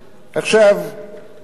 אדוני,